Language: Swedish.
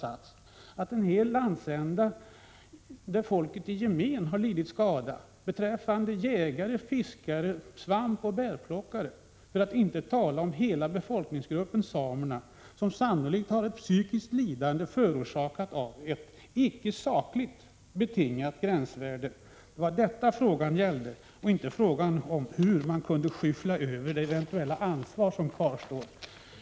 Jägare, fiskare, svampoch bärplockare har fått lida — för att inte tala om hela folkgruppen samerna, som sannolikt får utstå ett psykiskt lidande, orsakat av ett icke sakligt betingat gränsvärde. Det var detta frågan gällde — inte om hur man kunde skyffla över det eventuella ansvar som kvarstår.